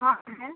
हाँ है